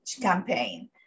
campaign